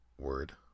word